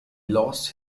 lost